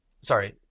Sorry